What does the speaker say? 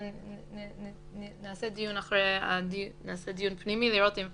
אבל נעשה דיון פנימי אם חייבים לכתוב את